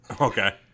okay